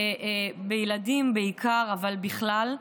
בילדים בעיקר, אבל בכלל.